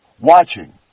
watching